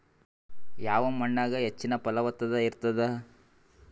ಯಾವ ಮಣ್ಣಾಗ ಹೆಚ್ಚಿನ ಫಲವತ್ತತ ಇರತ್ತಾದ?